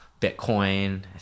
Bitcoin